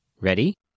Ready